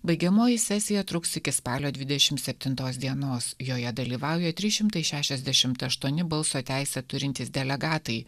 baigiamoji sesija truks iki spalio dvidešimt septintos dienos joje dalyvauja trys šimtai šešiasdešimt aštuoni balso teisę turintys delegatai